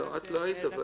את לא היית.